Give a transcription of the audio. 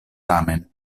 tamen